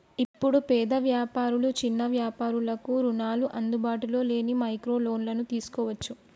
ఇప్పుడు పేద వ్యాపారులు చిన్న వ్యాపారులకు రుణాలు అందుబాటులో లేని మైక్రో లోన్లను తీసుకోవచ్చు